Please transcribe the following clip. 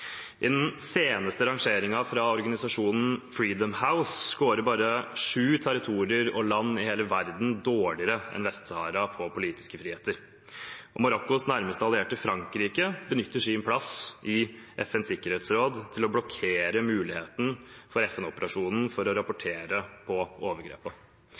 I den seneste rangeringen fra organisasjonen Freedom House skårer bare sju territorier og land i hele verden dårligere enn Vest-Sahara på politiske friheter. Marokkos nærmeste allierte, Frankrike, benytter sin plass i FNs sikkerhetsråd til å blokkere muligheten for FN-operasjonen til å rapportere på